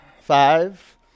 Five